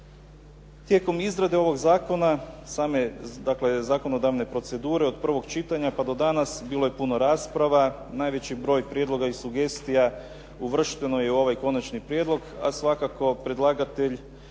Tijekom izrade ovoga zakona, same dakle, zakonodavne procedure od prvog čitanja pa do danas bilo je puno rasprava, najveći broj prijedloga i sugestija uvršteno je u ovaj konačni prijedlog. A svakako predlagatelj